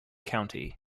county